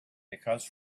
because